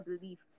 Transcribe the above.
belief